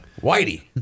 Whitey